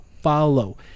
Follow